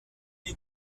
des